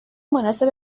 مناسب